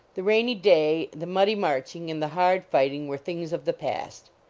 the rainy day, the muddy marching, and the hard fighting were things of the past.